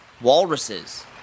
walruses